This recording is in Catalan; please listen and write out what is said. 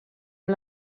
amb